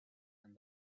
han